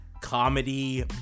comedy